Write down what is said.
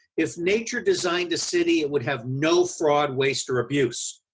if nature designed a city, it would have no fraud, waste or abuse.